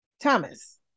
Thomas